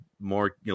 more